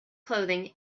clothing